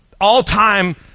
all-time